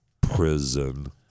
prison